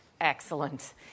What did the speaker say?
Excellent